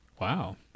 Wow